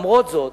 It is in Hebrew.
למרות זאת,